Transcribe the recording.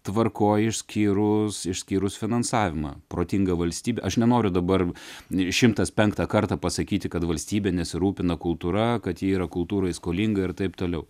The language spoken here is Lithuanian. tvarkoj išskyrus išskyrus finansavimą protinga valstybė aš nenoriu dabar šimtas penktą kartą pasakyti kad valstybė nesirūpina kultūra kad ji yra kultūrai skolinga ir taip toliau